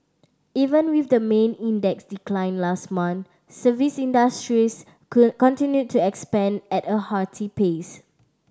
even with the main index's decline last month service industries continued to expand at a hearty pace